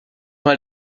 mal